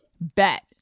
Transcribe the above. Bet